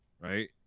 Right